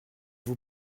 vous